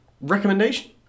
recommendation